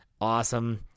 Awesome